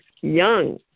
Young